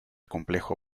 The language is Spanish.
complejo